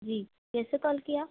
जी कैसे कॉल किया